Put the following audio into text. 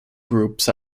groups